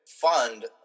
fund